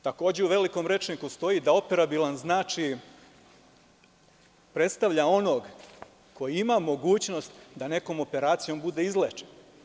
Takođe, u velikom rečniku stoji da operabilan predstavlja onog ko ima mogućnost da nekom operacijom bude izlečen.